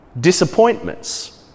disappointments